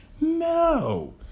No